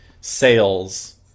sales